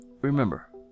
Remember